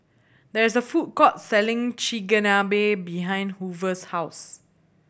there is a food court selling Chigenabe behind Hoover's house